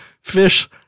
fish